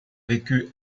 vécu